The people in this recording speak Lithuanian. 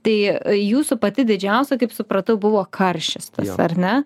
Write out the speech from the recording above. tai jūsų pati didžiausia kaip supratau buvo karšis tas ar ne